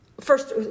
first